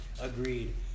agreed